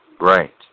Right